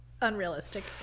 unrealistic